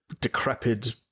decrepit